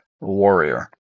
warrior